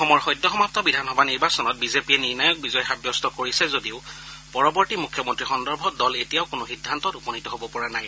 অসমৰ সদ্যসমাপ্ত বিধানসভা নিৰ্বাচনত বিজেপিয়ে নিৰ্ণায়ক বিজয় সাব্যস্ত কৰিছে যদিও পৰৱৰ্তী মুখ্যমন্ত্ৰী সন্দৰ্ভত দল এতিয়াও কোনো সিদ্ধান্তত উপনীত হ'ব পৰা নাই